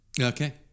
Okay